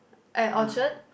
at Orchard